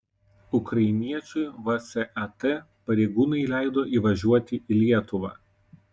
ukrainiečiui vsat pareigūnai leido įvažiuoti į lietuvą